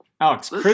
Alex